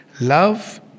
Love